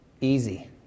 Easy